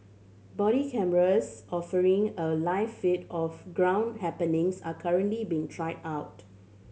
body cameras offering a live feed of ground happenings are currently being tried out